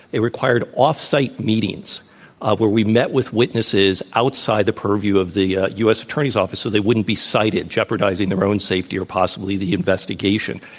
it required off site meetings where we met with witnesses outside the purview of the u. s. attorney's office so they wouldn't be cited, jeopardizing their own safety or possibly the investigation.